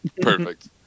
perfect